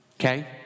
Okay